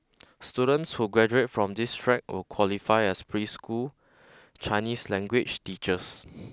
students who graduate from this track will qualify as preschool Chinese language teachers